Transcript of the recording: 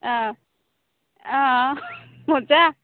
অঁ অঁ অঁ মজা